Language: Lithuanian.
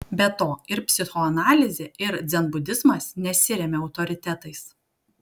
be to ir psichoanalizė ir dzenbudizmas nesiremia autoritetais